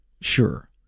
sure